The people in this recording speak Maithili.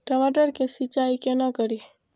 टमाटर की सीचाई केना करी?